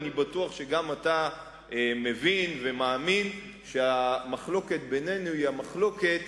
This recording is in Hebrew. אני בטוח שגם אתה מבין ומאמין שהמחלוקת בינינו היא המחלוקת